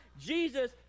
Jesus